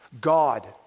God